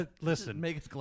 Listen